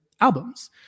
albums